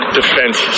defense